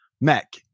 Mac